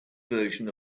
version